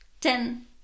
ten